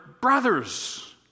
brothers